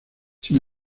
sin